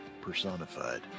personified